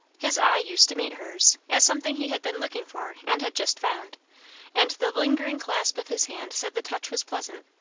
his eye used to meet her's, as something he had been looking for and had just found and the lingering clasp of his hand said the touch was pleasant.